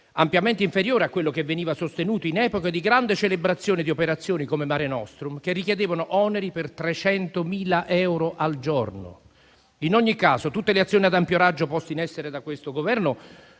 ampiamente inferiore a quello che veniva sostenuto in epoca di grande celebrazione di operazioni come Mare Nostrum, che richiedevano oneri per 300.000 euro al giorno. In ogni caso, tutte le azioni ad ampio raggio poste in essere da questo Governo